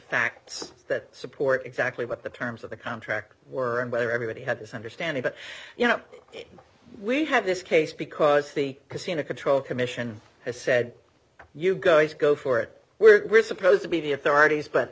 facts that support exactly what the terms of the contract or whether everybody had this understanding but you know we have this case because the casino control commission has said you go yes go for it we're supposed to be the authorities but